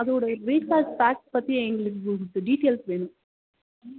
அதோடய ரீகா் பேக்ஸ் பத்தி எங்களுக்கு உ டீட்டெயில்ஸ் வேணும்